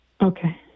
okay